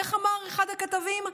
איך אמר אחד הכתבים?